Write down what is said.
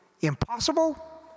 Impossible